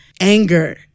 anger